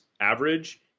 average